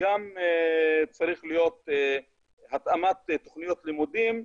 הוא התאמת תכניות לימודים.